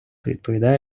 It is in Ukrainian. відповідає